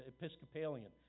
Episcopalian